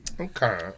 okay